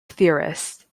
theorist